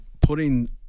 putting